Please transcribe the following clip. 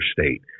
state